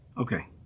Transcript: Okay